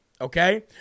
okay